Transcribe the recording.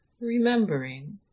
remembering